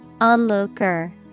Onlooker